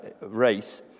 race